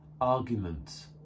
argument